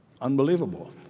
unbelievable